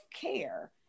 care